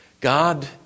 God